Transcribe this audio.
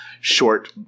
short